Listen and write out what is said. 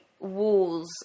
walls